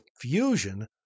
fusion